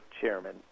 Chairman